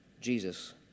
Jesus